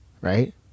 Right